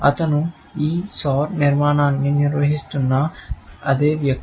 అతను ఈ సోర్ నిర్మాణాన్ని నిర్వహిస్తున్న అదే వ్యక్తి